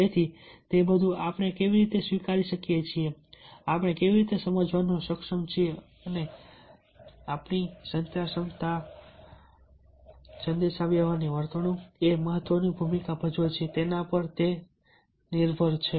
તેથી તે બધું આપણે કેવી રીતે સ્વીકારીએ છીએ આપણે કેવી રીતે સમજાવવા સક્ષમ છીએ અને આપણી સંચાર ક્ષમતા સંદેશાવ્યવહારની વર્તણૂકની ભૂમિકા છે તેના પર નિર્ભર છે